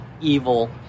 evil